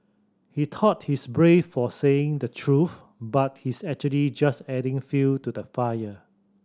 he thought he's brave for saying the truth but he's actually just adding fuel to the fire